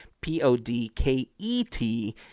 P-O-D-K-E-T